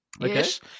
yes